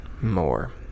more